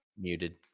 Muted